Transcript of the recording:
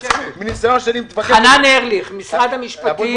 חנן ארליך, משרד המשפטים,